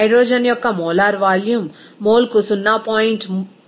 hydrogen యొక్క molar volume మోల్కు 0